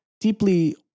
deeply